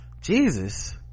Jesus